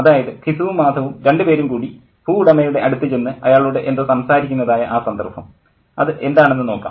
അതായത് ഘിസുവും മാധവും രണ്ടുപേരും കൂടി ഭൂവുടമയുടെ അടുത്ത് ചെന്ന് അയാളോട് എന്തോ സംസാരിക്കുന്നതായ ആ സന്ദർഭം അത് എന്താണെന്ന് നോക്കാം